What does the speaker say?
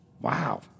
Wow